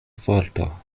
forto